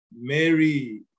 Mary